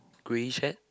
grey shirt